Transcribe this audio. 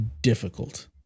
difficult